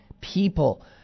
People